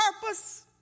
purpose